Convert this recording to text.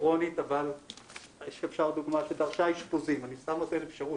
כרונית אבל לדוגמה שדרשה אשפוזים אני סתם נותן אפשרות,